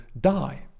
die